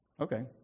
Okay